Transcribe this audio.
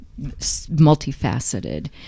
multifaceted